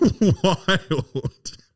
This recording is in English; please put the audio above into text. wild